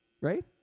right